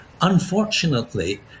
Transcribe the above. Unfortunately